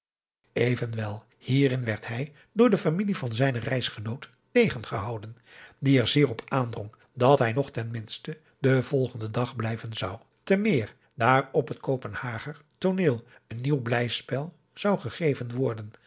hierin werd hij door de familie van zijnen reisgenoot tegengehouden die er zeer op aandrong dat hij nog ten minste den volgenden dag blijven zou te meer daar op het kopenhager tooneel een nieuw blijspel zou gegeven worden